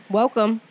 welcome